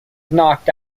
knocked